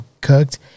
cooked